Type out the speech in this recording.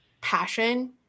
passion